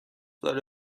داره